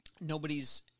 nobody's